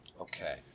Okay